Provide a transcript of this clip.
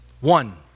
One